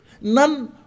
None